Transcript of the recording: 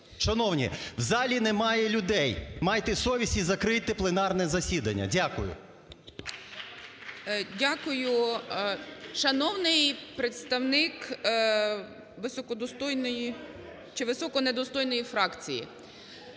шановні? В залі немає людей, майте совість і закрийте пленарне засідання. Дякую. ГОЛОВУЮЧИЙ. Дякую. Шановний представник високо достойної чи високо не достойної фракції,